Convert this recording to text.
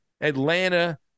Atlanta